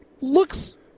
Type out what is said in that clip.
looks